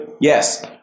Yes